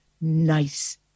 nice